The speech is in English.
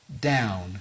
down